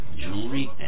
jewelry